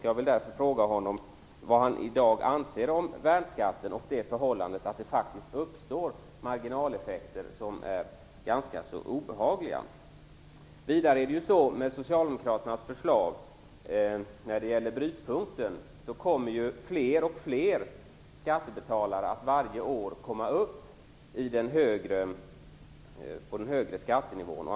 Jag vill därför fråga honom vad han anser om värnskatten och det förhållandet att det faktiskt uppstår marginaleffekter som är ganska så obehagliga. När det gäller socialdemokraternas förslag beträffande brytpunkten kommer fler och fler skattebetalare att varje år komma upp på den högre skattenivån.